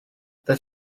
that